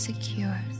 secure